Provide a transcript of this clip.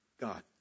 God